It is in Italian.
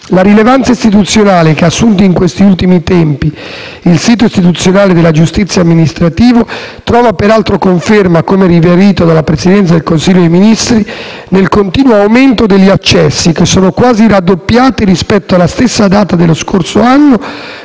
La rilevanza istituzionale che ha assunto in questi ultimi tempi il sito istituzionale della giustizia amministrativa trova, peraltro, conferma, come riferito dalla Presidenza del Consiglio dei ministri, nel continuo aumento degli accessi, che sono quasi raddoppiati rispetto alla stessa data dello scorso anno,